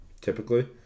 typically